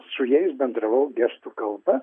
su jais bendravau gestų kalba